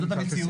זאת המציאות.